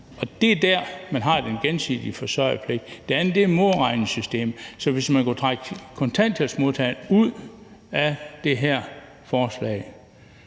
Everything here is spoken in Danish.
Det er der, man har den gensidige forsørgerpligt. Det andet er modregningssystemet. Så hvis man kunne trække kontanthjælpsmodtagerne ud af det her forslag,